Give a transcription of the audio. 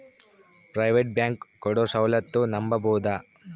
Private bank ಕೊಡೊ ಸೌಲತ್ತು ನಂಬಬೋದ?